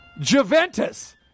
Juventus